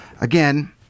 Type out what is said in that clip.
Again